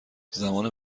زمان